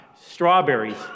strawberries